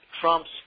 trumps